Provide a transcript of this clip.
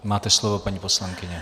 Máte slovo, paní poslankyně.